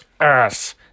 ass